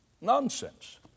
Nonsense